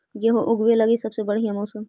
गेहूँ ऊगवे लगी सबसे बढ़िया मौसम?